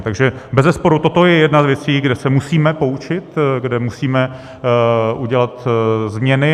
Takže bezesporu toto je jedna z věcí, kde se musíme poučit, kde musíme udělat změny.